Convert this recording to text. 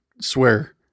swear